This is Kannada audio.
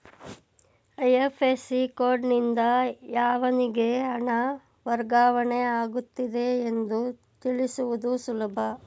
ಐ.ಎಫ್.ಎಸ್.ಸಿ ಕೋಡ್ನಿಂದ ಯಾವನಿಗೆ ಹಣ ವರ್ಗಾವಣೆ ಆಗುತ್ತಿದೆ ಎಂದು ತಿಳಿಸುವುದು ಸುಲಭ